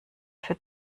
für